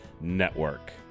Network